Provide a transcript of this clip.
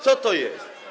Co to jest?